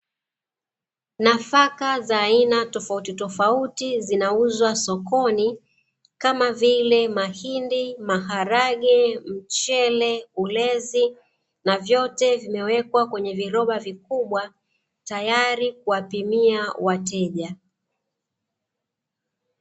Nafaka za aina tofautitofauti zinauzwa sokoni kama vile: mahindi, maharage, mchele, ulezi, na vyote vimewekwa kwenye viroba vikubwa tayari kuwapimia wateja.